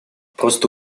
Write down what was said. просто